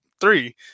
three